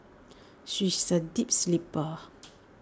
she is A deep sleeper